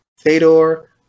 Fedor